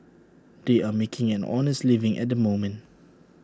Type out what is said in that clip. they are making an honest living at the moment